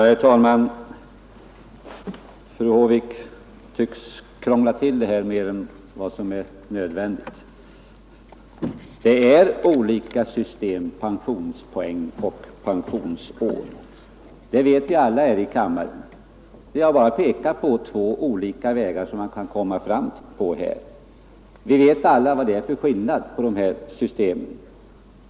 Herr talman! Fru Håvik tycks krångla till det här mer än vad som är nödvändigt. Pensionspoäng och pensionsår är två olika system, det vet vi alla här i kammaren. Vi har pekat på två olika vägar som man kan komma fram på. Alla vet ju vad det är för skillnad på de två systemen.